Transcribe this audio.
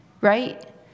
right